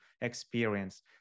experience